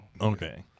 Okay